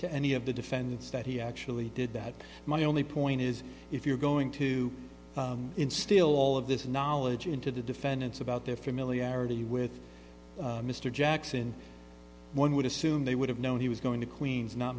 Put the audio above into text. to any of the defendants that he actually did that my only point is if you're going to instill all of this knowledge into the defendant's about their familiarity with mr jackson one would assume they would have known he was going to queen's not